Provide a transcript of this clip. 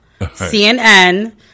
CNN